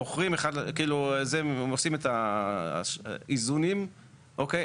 הם עושים את האיזונים, אוקיי?